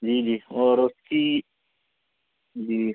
जी जी और उसकी जी